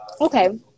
okay